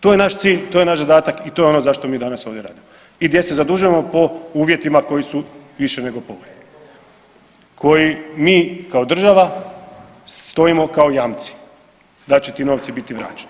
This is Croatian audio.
To je naš cilj, to je naš zadatak i to je ono zašto mi danas ovdje radimo i gdje se zadužujmo po uvjetima koji su više nego povoljni, koji mi kao država stojim kao jamci da će ti novci biti vraćeni.